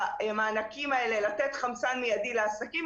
המענקים האלה היא לתת חמצן מיידי לעסקים,